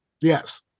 Yes